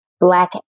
black